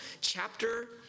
chapter